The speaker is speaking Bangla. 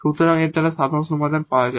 সুতরাং এর দ্বারা সাধারণ সমাধান দেওয়া হয়